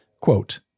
quote